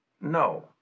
No